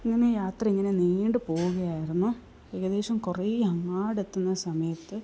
ഇങ്ങനെ യാത്ര ഇങ്ങനെ നീണ്ട് പോവുകയായിരുന്നു ഏകദേശം കുറേ അങ്ങോട്ട് എത്തുന്ന സമയത്ത്